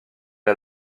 est